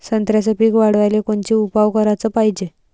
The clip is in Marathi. संत्र्याचं पीक वाढवाले कोनचे उपाव कराच पायजे?